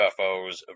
UFOs